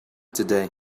today